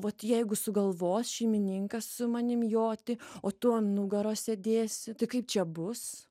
vat jeigu sugalvos šeimininkas su manim joti o tu an nugaros sėdėsi tai kaip čia bus